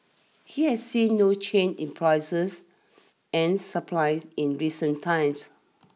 he has seen no change in prices and supplies in recent times